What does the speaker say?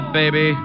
baby